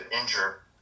injure